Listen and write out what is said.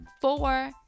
four